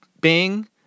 Bing